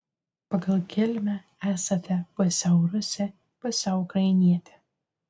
pagal kilmę esate pusiau rusė pusiau ukrainietė